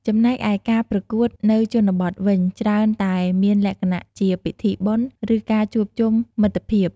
ចំណែកឯការប្រកួតនៅជនបទវិញ ច្រើនតែមានលក្ខណៈជាពិធីបុណ្យ ឬការជួបជុំមិត្តភាព។